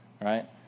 right